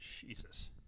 Jesus